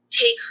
take